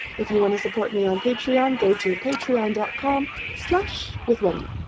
if you want to support me on patreon go to patreon dot com slash withwendy